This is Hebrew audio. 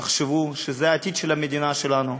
תחשבו שזה העתיד של המדינה שלנו,